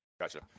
Gotcha